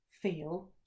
feel